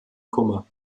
kummer